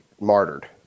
martyred